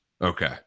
Okay